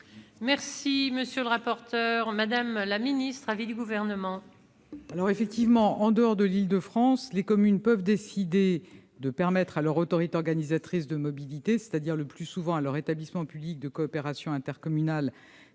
à son adoption. Quel est l'avis du Gouvernement ? Effectivement, en dehors de l'Île-de-France, les communes peuvent décider de permettre à leur autorité organisatrice de mobilité, c'est-à-dire le plus souvent à leur établissement public de coopération intercommunale,